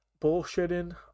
bullshitting